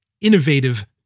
innovative